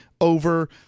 over